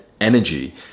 energy